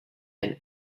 and